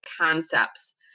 concepts